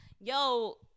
yo